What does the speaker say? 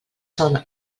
són